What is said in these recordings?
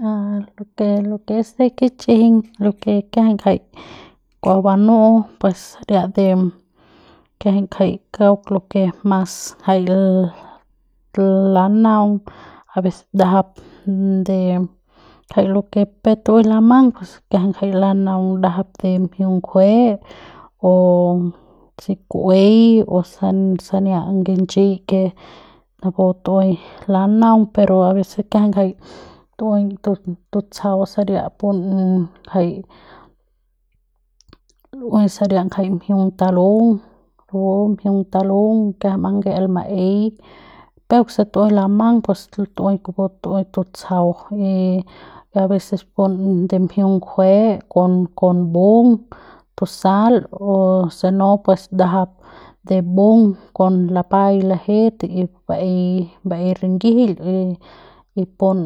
A lo ke lo ke es kich'ijiñ lo ke kiajai ngjai kua banu'u pues saria de kiajai jai kauk lo ke mas jai la lanaung aveces ndajap de jai peuk tu'ui lamang pus kiajai jai lanaung ndajap de mjiung ngjue o si ku'uei o san sania guinch'ei ke napu tu'ui lanaug pero aveces kiajai jai tu'ui tu tutsjau saria pun jai lu'uei saria jai mjiung talung rapu mjiung talung kiajai mange'el maei peuk se tu'ui lamang pus tu'ui kupu tu'ui tutsjau y aveces pun de mjiung ngjue kon kon mbung tusal o se no pues ndajap de mbung kon lapai lajet y baei baei ringijil y pun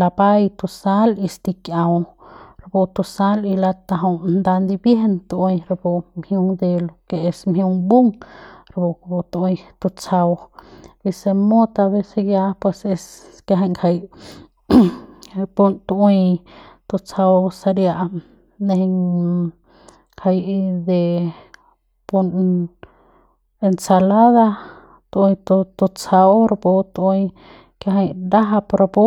lapai tusal y stkiau rapu tusal y latajau tutau ndibiejen tu'ui rapu mjiung mjiung de lo kes mjiung mbung rapu kupu tu'ui tutsjau y si mut aveces ya pues es kiajai ngjai pun tu'ui tutsjau saria nejeiñ ngjai de pun ensalada tu'ui tu tutsjau rapu tu'ui kiajai ndajap rapu.